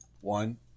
One